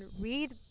read